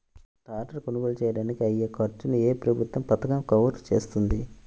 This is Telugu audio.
ట్రాక్టర్ కొనుగోలు చేయడానికి అయ్యే ఖర్చును ఏ ప్రభుత్వ పథకం కవర్ చేస్తుంది?